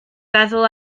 feddwl